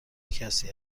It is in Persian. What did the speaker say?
کسی